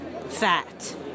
fat